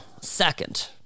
second